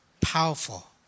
powerful